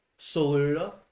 Saluda